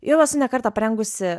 jau esu ne kartą parengusi